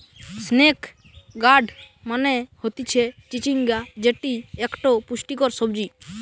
snake guard মানে হতিছে চিচিঙ্গা যেটি একটো পুষ্টিকর সবজি